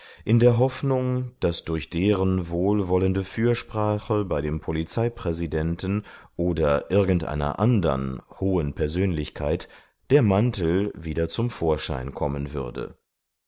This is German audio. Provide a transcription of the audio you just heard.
in der hoffnung daß durch deren wohlwollende fürsprache bei dem polizeipräsidenten oder irgendeiner andern hohen persönlichkeit der mantel wieder zum vorschein kommen würde